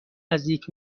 نزدیک